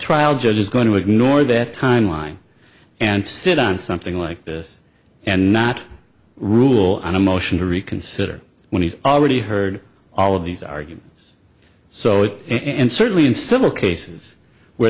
trial judge is going to ignore that time line and sit on something like this and not rule on a motion to reconsider when he's already heard all of these arguments so and certainly in civil cases where